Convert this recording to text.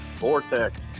Vortex